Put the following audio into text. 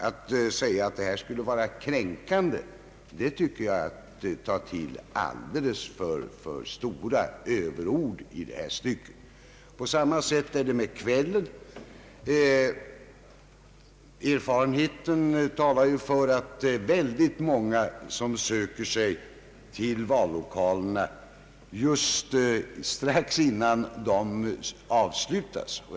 Att påstå att vallokalernas öppethållande under gudstjänsttid skulle vara kränkande tycker jag är att ta till för stora överord. Erfarenheten talar för att många söker sig till vallokalerna just innan de stängs.